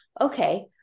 Okay